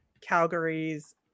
Calgary's